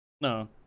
no